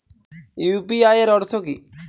UPI এর অর্থ কি?